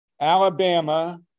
Alabama